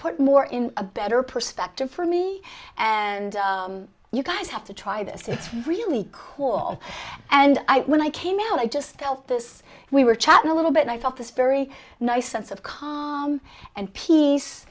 put more in a better perspective for me and you guys have to try this it's really cool and when i came out i just felt this we were chatting a little bit and i felt this very nice sense of calm and peace